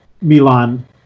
Milan